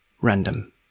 Random